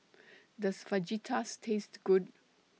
Does Fajitas Taste Good